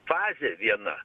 fazė viena